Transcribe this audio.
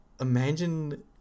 imagine